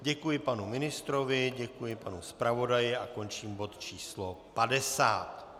Děkuji panu ministrovi, děkuji panu zpravodaji a končím bod číslo 50.